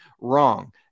wrong